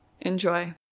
Enjoy